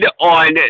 on